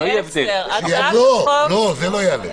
זה לא יעלה.